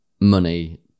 money